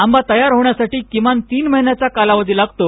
आंबा तयार होण्यासाठी किमान तीन महिन्यांचा कालावधी लागतो